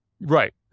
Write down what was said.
Right